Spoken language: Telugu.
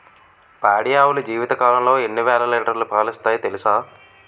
పాడి ఆవులు జీవితకాలంలో ఎన్నో వేల లీటర్లు పాలిస్తాయి తెలుసా